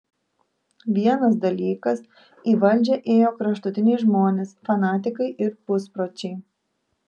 vienas dalykas į valdžią ėjo kraštutiniai žmonės fanatikai ir puspročiai